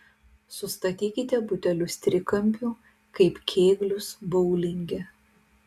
sustatykite butelius trikampiu kaip kėglius boulinge